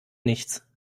nichts